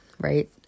right